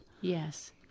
Yes